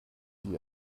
die